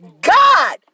God